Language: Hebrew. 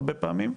הרבה פעמים,